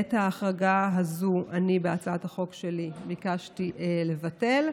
את ההחרגה הזו אני בהצעת החוק שלי ביקשתי לבטל,